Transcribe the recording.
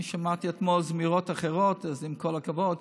אני שמעתי אתמול זמירות אחרות, אז עם כל הכבוד,